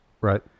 Right